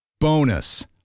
Bonus